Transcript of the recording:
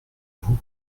vous